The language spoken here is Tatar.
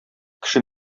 кеше